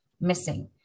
missing